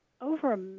Over